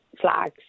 flags